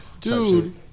Dude